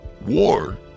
War